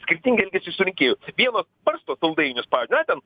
skirtingai elgiasi su rinkėjo vienos barsto saldainius pavyzdžiui na ten